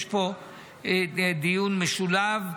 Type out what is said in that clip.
יש פה דיון משולב.